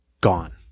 gone